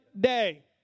day